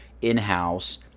in-house